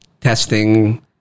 testing